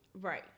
right